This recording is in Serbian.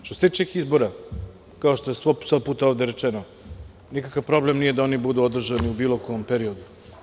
Što se tiče izbora, kao što je 100 puta ovde rečeno, nikakav problem nije da oni budu održani u bilo kom periodu.